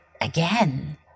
again